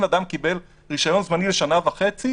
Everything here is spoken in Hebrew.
אם אדם קיבל רישיון זמני לשנה וחצי,